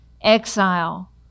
exile